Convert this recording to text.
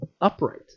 upright